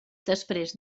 després